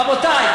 רבותי,